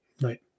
Right